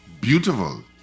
beautiful